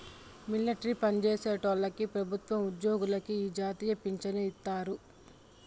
military పన్జేసేటోల్లకి పెబుత్వ ఉజ్జోగులకి ఈ జాతీయ పించను ఇత్తారు